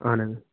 اَہَن حظ